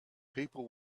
people